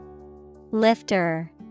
Lifter